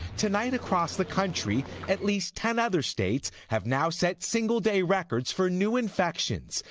tonight across the country, at least ten other states have now set single day records for new infections.